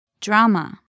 Drama